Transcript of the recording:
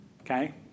okay